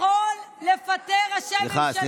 יכולים לפטר ראשי ממשלה.